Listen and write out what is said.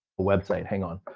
website, hang on.